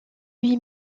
lui